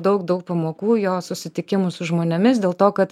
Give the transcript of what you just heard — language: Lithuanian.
daug daug pamokų jo susitikimų su žmonėmis dėl to kad